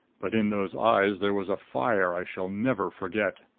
but in those eyes there was a fire i shall never forget.